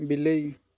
ବିଲେଇ